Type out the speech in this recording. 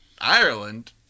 Ireland